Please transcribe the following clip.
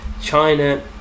China